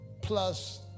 plus